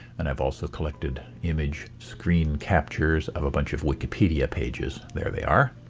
and i've also collected image screen captures of a bunch of wikipedia pages there they are.